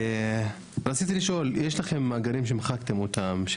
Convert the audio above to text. רציתי לשאול, יש לכם מאגרים שמחקתם אותם,